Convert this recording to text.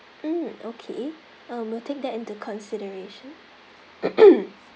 mm okay um will take that into consideration